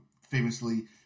famously